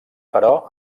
però